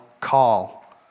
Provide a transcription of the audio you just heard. call